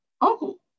Uncle